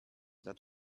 that